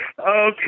Okay